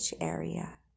area